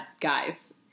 guys